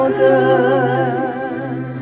good